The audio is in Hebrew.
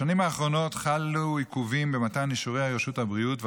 בשנים האחרונות חלו עיכובים במתן אישור רשות הבריאות,